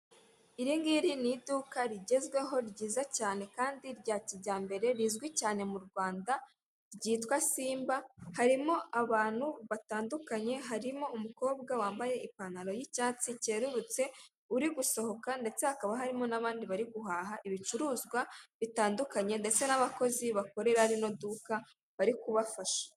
iIriri ngiri ni iduka rigezweho ryiza cyane kandi rya kijyambere rizwi cyane mu Rwanda ryitwa simba, harimo abantu batandukanye, harimo umukobwa wambaye ipantaro y'icyatsi cyerurutse uri gusohoka ndetse hakaba harimo n'abandi bari guhaha ibicuruzwa bitandukanye ndetse n'abakozi bakorera rino duka bari kubafasha.